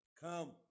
come